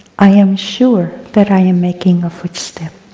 i am sure that i am making a footstep.